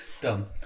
done